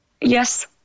Yes